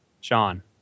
Sean